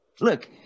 look